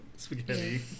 spaghetti